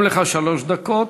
גם לך שלוש דקות.